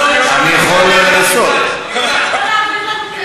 לקרוא קריאות ביניים?